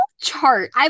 chart